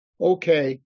Okay